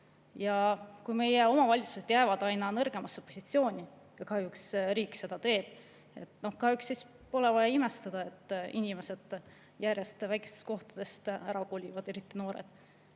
Kui meie omavalitsused jäävad aina nõrgemasse positsiooni, ja kahjuks riik seda teeb, siis pole vaja imestada, et inimesed järjest väikestest kohtadest ära kolivad, eriti noored.